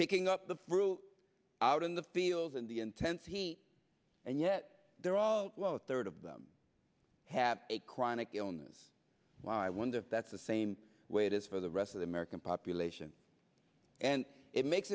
picking up the fruit out in the fields in the intense heat and yet they're all close third of them have a chronic illness well i wonder if that's the same way it is for the rest of the american population and it makes